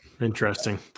interesting